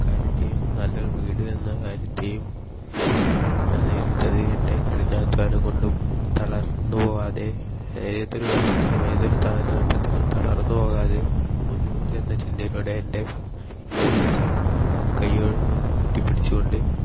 കാര്യത്തെയും നല്ലൊരു വീട് എന്ന കാര്യത്തെയും ഞാൻ നേരിട്ടത് എൻ്റെ കഠിനാധ്വാനം കൊണ്ടും തളർന്ന് പോകാതെ ഏതൊരു ഘട്ടത്തിലും ഏതൊരു താഴ്ന്ന ഘട്ടത്തിലും തളർന്ന് പോകാതെ മുന്നോട്ട് എന്ന ചിന്തയിലൂടെ എൻ്റെ വിദ്യാഭ്യാസം കൈ കൂട്ടിപ്പിടിച്ച് കൊണ്ട്